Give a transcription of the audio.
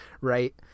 right